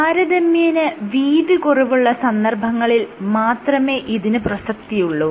താരതമ്യേന വീതി കുറവുള്ള സന്ദർഭങ്ങളിൽ മാത്രമേ ഇതിന് പ്രസക്തിയുള്ളൂ